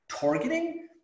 targeting